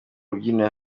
rubyiniro